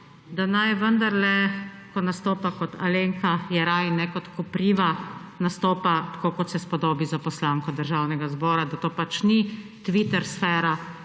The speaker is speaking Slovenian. da naj vendarle, ko nastopa kot Alenka Jeraj, ne kot kopriva, nastopa tako kot se spodobi za poslanko Državnega zbora. Da to pač ni Twitter sfera,